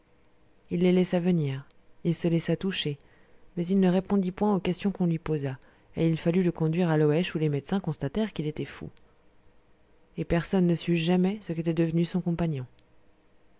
il les laissa venir il se laissa toucher mais il ne répondit point aux questions qu'on lui posa et il fallut le conduire à loëche où les médecins constatèrent qu'il était fou et personne ne sut jamais ce qu'était devenu son compagnon